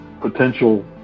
potential